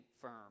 firm